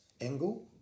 angle